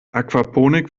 aquaponik